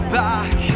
back